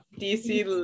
DC